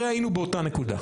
הרי היינו באותה נקודה.